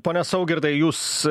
pone saugirdai jūs